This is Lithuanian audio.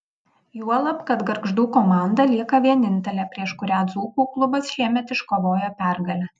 juolab kad gargždų komanda lieka vienintelė prieš kurią dzūkų klubas šiemet iškovojo pergalę